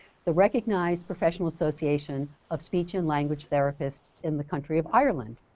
the recognized professional association of speech and language therapists in the country of ireland.